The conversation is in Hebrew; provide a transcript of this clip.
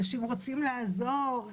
אנשים רוצים לעזור.